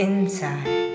Inside